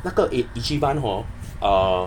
那个 eh ichiban hor err